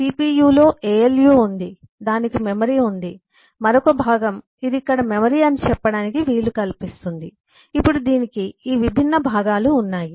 సిపియులో ALU ఉంది దానికి memory ఉంది మరొక భాగం ఇది ఇక్కడ మెమరీ అని చెప్పటానికి వీలు కల్పిస్తుంది అప్పుడు దీనికి ఈ విభిన్న భాగాలు ఉన్నాయి